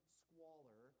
squalor